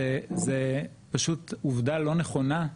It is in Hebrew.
וזו פשוט עובדה לא נכונה.